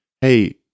hey